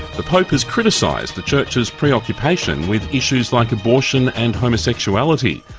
the pope has criticised the church's preoccupation with issues like abortion and homosexuality.